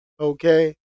Okay